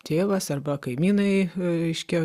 tėvas arba kaimynai reiškia